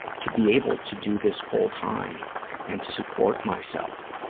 to be able to do this full time and to support myself.